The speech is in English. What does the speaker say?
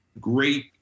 great